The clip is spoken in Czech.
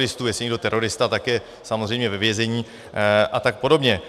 Jestli je někdo terorista, tak je samozřejmě ve vězení a tak podobně.